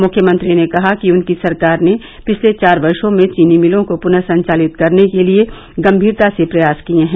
मुख्यमंत्री ने कहा कि उनकी सरकार ने पिछले चार वर्षो में चीनी मिलों को पुनः संचालित करने के लिए गंभीरता से प्रयास किए हैं